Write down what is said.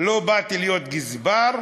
לא באתי להיות גזבר,